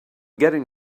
getting